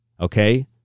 Okay